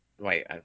wait